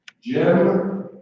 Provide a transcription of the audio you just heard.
Jim